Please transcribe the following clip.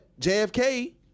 JFK